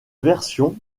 version